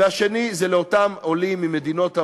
והשני, לאותם עולים ממדינות המערב.